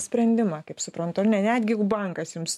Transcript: sprendimą kaip suprantu ar ne netgi bankas jums